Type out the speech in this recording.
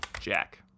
Jack